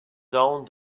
owned